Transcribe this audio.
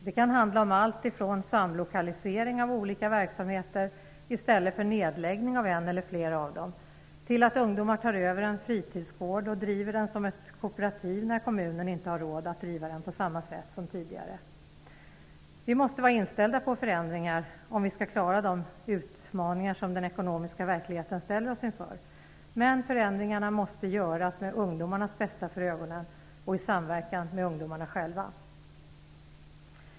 Det kan handla om allt från samlokalisering av olika verksamheter -- i stället för nedläggning av en eller flera av dem -- till att ungdomar tar över en fritidsgård och driver den som ett kooperativ när kommunen inte har råd att driva den på samma sätt som tidigare. Vi måste vara inställda på förändringar om vi skall klara de utmaningar som den ekonomiska verkligheten ställer oss inför, men förändringarna måste göras med ungdomarnas bästa för ögonen och i samverkan med ungdomarna själva.